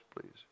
please